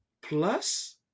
Plus